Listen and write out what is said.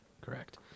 correct